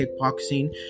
kickboxing